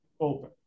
open